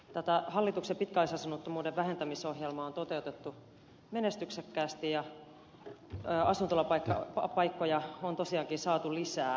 tätä hallituksen pitkäaikaisasunnottomuuden vähentämisohjelmaa on toteutettu menestyksekkäästi ja asuntolapaikkoja on tosiaankin saatu lisää